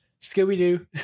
scooby-doo